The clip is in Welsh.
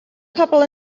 pobl